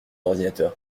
ordinateur